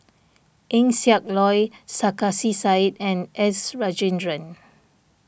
Eng Siak Loy Sarkasi Said and S Rajendran